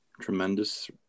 tremendous